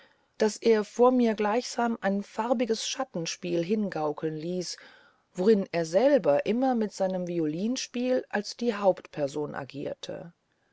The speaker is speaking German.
daß er vor mir gleichsam ein farbiges schattenspiel hingaukeln ließ worin er selber immer mit seinem violinspiel als die hauptperson agierte